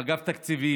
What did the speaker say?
עם אגף תקציבים,